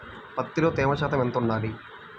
పత్తిలో తేమ శాతం ఎంత ఉండాలి?